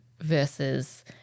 versus